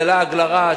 זה לעג לרש.